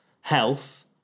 health